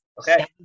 Okay